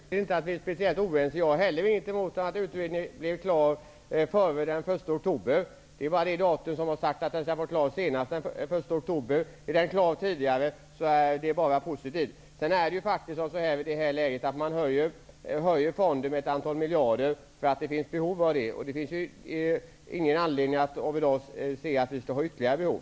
Herr talman! Jag uppfattar egentligen inte att vi är speciellt oense. Jag har heller ingenting emot att utredningen blir klar före den 1 oktober -- det är bara positivt -- men det har sagts att den skall vara klar senast den 1 oktober. I det här läget ökar vi fonden med ett antal miljarder därför att det finns behov av det, men vi har ingen anledning att i dag tro att det finns ytterligare behov.